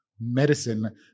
medicine